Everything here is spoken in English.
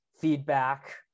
feedback